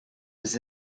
his